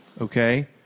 okay